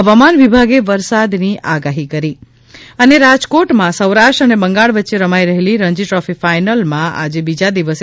હવામાન વિભાગે વરસાદની આગાહી કરી રાજકોટમાં સૌરાષ્ટ્ર અને બંગાળ વચ્ચે રમાઇ રહેલી રણજી દ્રોફી ફાઇનલમાં આજે બીજા દિવસે